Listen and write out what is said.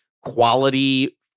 quality